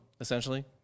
essentially